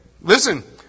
Listen